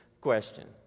question